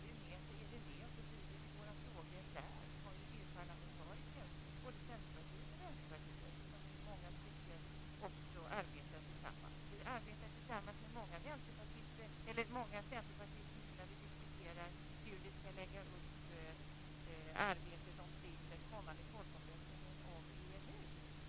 Det parti som jag företräder, Centerpartiet, ville och vill att Sverige ska vara med i EU.